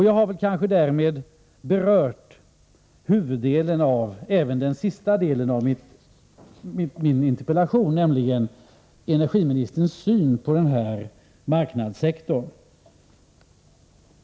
Jag har kanske därmed berört även den sista delen av min interpellation, som gällde energiministerns syn på den här marknadssektorn.